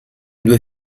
due